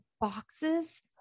boxes